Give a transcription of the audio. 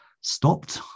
stopped